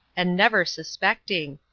and never suspecting.